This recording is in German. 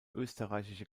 österreichische